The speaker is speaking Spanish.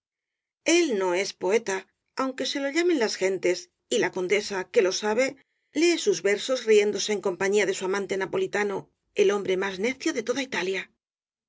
él no es poeta aunque se lo llamen las gentes y la condesa que lo sabe lee sus versos riéndose en ioó rosalía de castro compañía de su amante napolitano el hombre más necio de toda italia